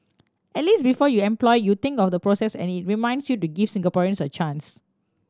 at least before you employ you think of the process and it reminds you to give Singaporeans a chance